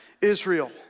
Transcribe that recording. Israel